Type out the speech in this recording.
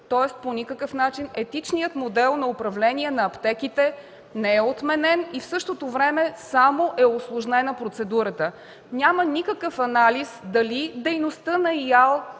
тоест по никакъв начин етичният модел на управление на аптеките не е отменен и в същото време само е усложнена процедурата. Няма никакъв анализ дали дейността на ИАЛ